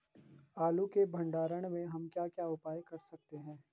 आलू के भंडारण में हम क्या क्या उपाय कर सकते हैं?